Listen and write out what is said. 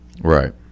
Right